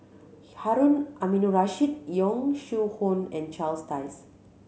Harun Aminurrashid Yong Shu Hoong and Charles Dyce